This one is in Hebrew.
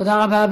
תודה רבה.